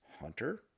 Hunter